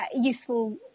useful